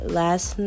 last